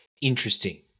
Interesting